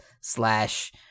slash